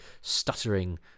stuttering